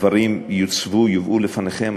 הדברים יוצבו לפניכם.